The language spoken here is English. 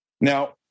Now